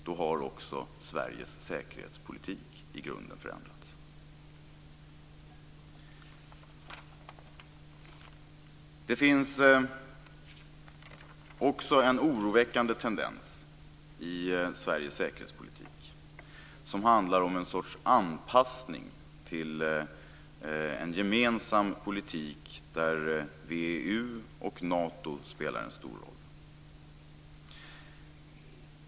Då har också Sveriges säkerhetspolitik i grunden förändrats. Det finns också en oroväckande tendens i Sveriges säkerhetspolitik som handlar om en sorts anpassning till en gemensam politik, där VEU och Nato spelar en stor roll.